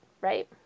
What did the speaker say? right